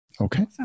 Okay